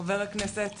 חבר הכנסת